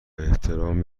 احترام